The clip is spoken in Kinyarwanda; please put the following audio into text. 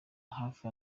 hafi